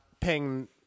paying